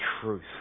truth